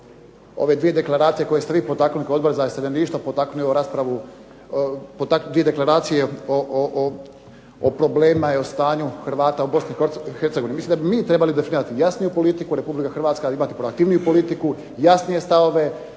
ove dvije deklaracije koje ste vi potaknuli kod nas da iseljeništvo potakne i ovu raspravu, dvije deklaracije o problemima i o stanju Hrvata u Bosni i Hercegovini. Mislim da bi mi trebali definirati jasniju politiku, Republika Hrvatska imati proaktivniju politiku, jasnije stavove